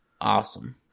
Awesome